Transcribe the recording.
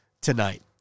tonight